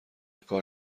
کار